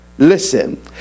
Listen